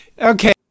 Okay